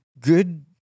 good –